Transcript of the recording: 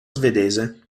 svedese